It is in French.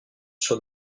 sur